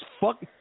fuck